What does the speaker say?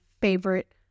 favorite